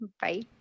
bye